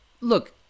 look